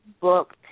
book